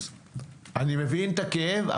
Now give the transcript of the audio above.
אני מבין את הכאב,